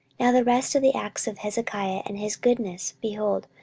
now the rest of the acts of hezekiah, and his goodness, behold,